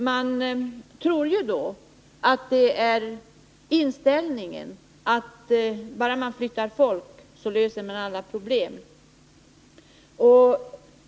Man får då intrycket att hans inställning är att bara man flyttar folk så löser man alla problem.